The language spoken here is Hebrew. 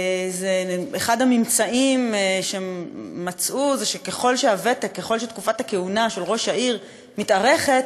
ואחד הממצאים שמצאו זה שככל שתקופת הכהונה של ראש העיר מתארכת,